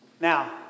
Now